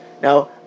Now